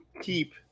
keep